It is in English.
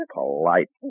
polite